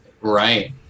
Right